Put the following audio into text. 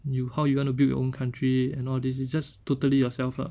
you how you want to build your own country and all this it's just totally yourself lah